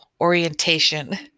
orientation